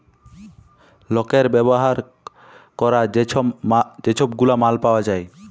লকের ব্যাভার ক্যরার যে ছব গুলা মাল পাউয়া যায়